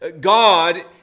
God